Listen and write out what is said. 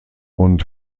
und